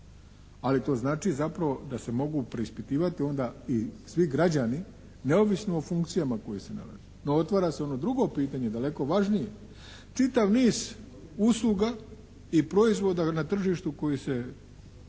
ali to znači zapravo da se mogu preispitivati onda i svi građani neovisno o funkcijama kojoj se nalaze. Otvara se ono drugo pitanje daleko važnije. Čitav niz usluga i proizvoda na tržištu koji se